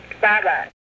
Bye-bye